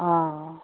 हँ